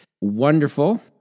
wonderful